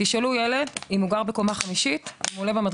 ילד שגר בקומה חמישית איך הוא עולה הביתה?